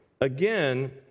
again